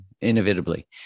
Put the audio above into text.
inevitably